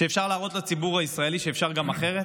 שאפשר להראות לציבור הישראלי שאפשר גם אחרת.